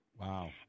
Wow